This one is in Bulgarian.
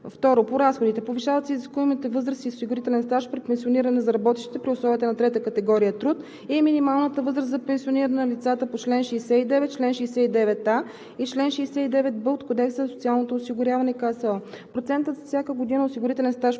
г. 2. По разходите: - повишават се изискуемите възраст и осигурителен стаж при пенсиониране за работещите при условията на трета категория труд и минималната възраст за пенсиониране на лицата по чл. 69, чл. 69а и чл. 69б от Кодекса за социално осигуряване (КСО); - процентът за всяка година осигурителен стаж